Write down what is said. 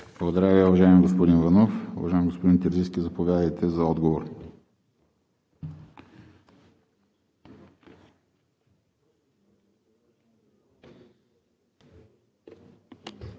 Благодаря Ви, уважаеми господин Иванов. Уважаеми господин Терзийски, заповядайте за отговор.